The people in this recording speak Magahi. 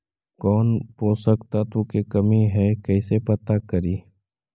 कौन पोषक तत्ब के कमी है कैसे पता करि?